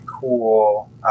cool